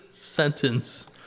sentence